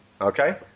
Okay